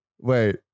Wait